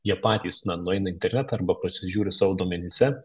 jie patys na nueina į internetą arba pasižiūri savo duomenyse